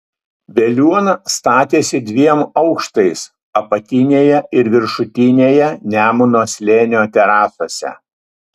veliuona statėsi dviem aukštais apatinėje ir viršutinėje nemuno slėnio terasose